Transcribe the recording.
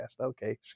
Okay